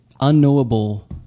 unknowable